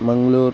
Mangaluru